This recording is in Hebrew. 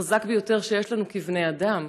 החזק ביותר שיש לנו כבני אדם.